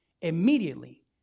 immediately